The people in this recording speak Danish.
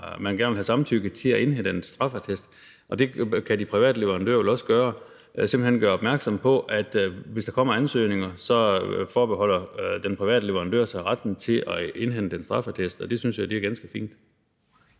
man gerne vil have samtykke til at indhente en straffeattest, og det kan de private leverandører vel også gøre, altså simpelt hen gøre opmærksom på, at hvis der kommer ansøgninger, forbeholder den private leverandør sig retten til at indhente en straffeattest. Og det synes jeg er ganske fint.